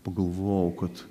pagalvojau kad